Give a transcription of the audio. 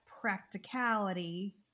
practicality